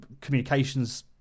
communications